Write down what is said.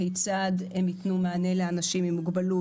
כיצד הן יתנו מענה לאנשים עם מוגבלות?